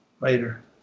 later